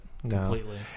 completely